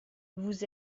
vous